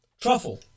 truffle